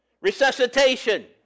Resuscitation